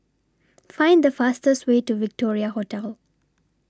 Find The fastest Way to Victoria Hotel